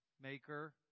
maker